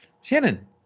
Shannon